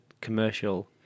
commercial